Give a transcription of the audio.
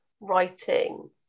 writing